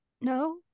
No